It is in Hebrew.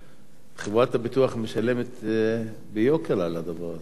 חברת הביטוח משלמת ביוקר על הדבר הזה.